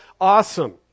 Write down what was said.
awesome